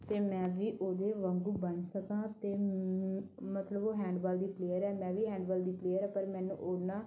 ਅਤੇ ਮੈਂ ਵੀ ਉਹਦੇ ਵਾਂਗੂੰ ਬਣ ਸਕਾਂ ਅਤੇ ਮਤਲਬ ਉਹ ਹੈਂਡਬਾਲ ਦੀ ਪਲੇਅਰ ਹੈ ਮੈਂ ਵੀ ਹੈਂਡਬਾਲ ਦੀ ਪਲੇਅਰ ਏ ਪਰ ਮੈਨੂੰ ਓਨਾ